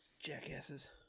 Jackasses